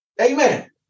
Amen